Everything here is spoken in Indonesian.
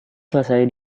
selesai